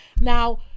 Now